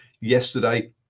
yesterday